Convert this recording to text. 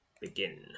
Begin